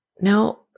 no